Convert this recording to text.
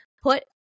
put-